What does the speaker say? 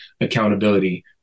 accountability